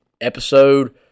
episode